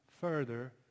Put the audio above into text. further